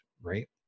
Right